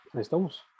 estamos